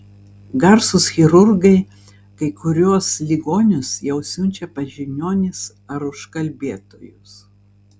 garsūs chirurgai kai kuriuos ligonius jau siunčia pas žiniuonis ar užkalbėtojus